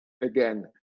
again